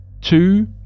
two